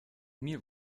mir